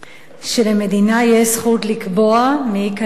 שלמדינה יש זכות לקבוע מי ייכנס אליה,